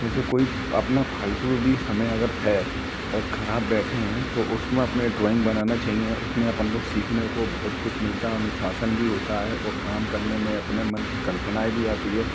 जैसे अपना फालतू भी समय है और खराब बैठे हैं तो उसमें अपने ड्रॉइंग बनाना चहिए उसमें अपन को सीखने को बहुत कुछ मिलता है अनुशासन भी होता है और काम करने में अपने मन की कल्पनाएँ भी आती है